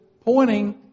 pointing